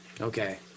Okay